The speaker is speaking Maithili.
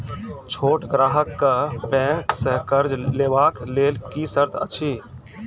छोट ग्राहक कअ बैंक सऽ कर्ज लेवाक लेल की सर्त अछि?